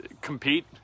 compete